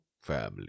family